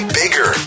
bigger